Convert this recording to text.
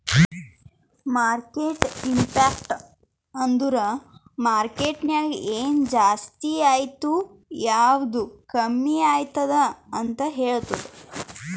market impact ಅಂದುರ್ market ನಾಗ್ ಎನ್ ಜಾಸ್ತಿ ಆಯ್ತ್ ಯಾವ್ದು ಕಮ್ಮಿ ಆಗ್ಯಾದ್ ಅಂತ್ ಹೇಳ್ತುದ್